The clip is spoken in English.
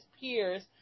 peers